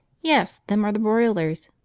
yes, them are the broilers,